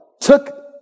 took